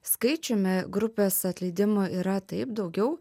skaičiumi grupės atleidimų yra taip daugiau